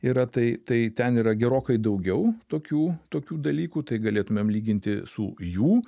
yra tai tai ten yra gerokai daugiau tokių tokių dalykų tai galėtumėm lyginti su jų